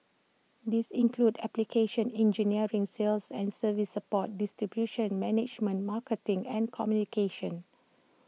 these include application engineering sales and service support distribution management marketing and communications